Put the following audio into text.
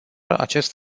acest